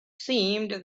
seemed